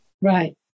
Right